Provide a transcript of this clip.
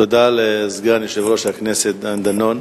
תודה לסגן יושב-ראש הכנסת דני דנון.